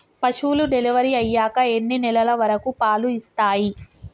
పశువులు డెలివరీ అయ్యాక ఎన్ని నెలల వరకు పాలు ఇస్తాయి?